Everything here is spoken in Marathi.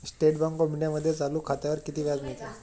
स्टेट बँक ऑफ इंडियामध्ये चालू खात्यावर किती व्याज मिळते?